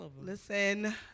listen